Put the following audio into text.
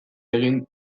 egin